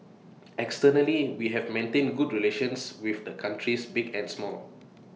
externally we have maintained good relations with A countries big and small